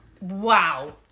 Wow